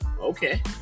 Okay